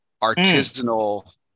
artisanal